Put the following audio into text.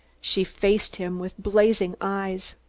she faced him with blazing eyes.